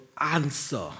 answer